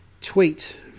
tweet